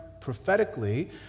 prophetically